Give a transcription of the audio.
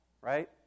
Right